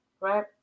right